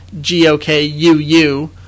G-O-K-U-U